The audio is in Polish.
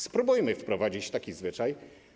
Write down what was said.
Spróbujmy wprowadzić taki zwyczaj.